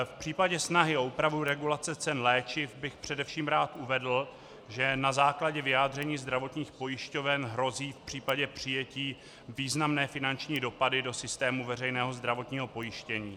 V případě snahy o úpravu regulace cen léčiv bych především rád uvedl, že na základě vyjádření zdravotních pojišťoven hrozí v případě přijetí významné finanční dopady do systému veřejného zdravotního pojištění.